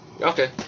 Okay